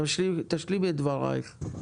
תשלימי את דברייך.